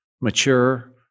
mature